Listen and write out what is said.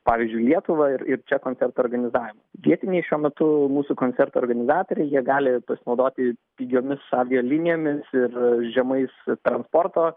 pavyzdžiui lietuvą ir ir čia koncerto organizavimą vietiniai šiuo metu mūsų koncerto organizatoriai jie gali pasinaudoti pigiomis avialinijomis ir žemais transporto